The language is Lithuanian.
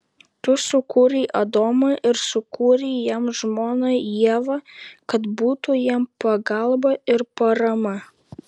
tu sukūrei adomą ir sukūrei jam žmoną ievą kad būtų jam pagalba ir parama